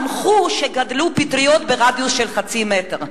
שמחו שגדלו פטריות ברדיוס של חצי מטר.